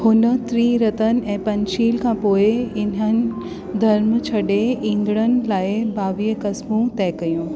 हुन त्रीरत्न ऐं पंचशील खां पोइ इन्हनि धर्म छॾे ईंदड़नि लाइ ॿावीह कसमूं तय कयूं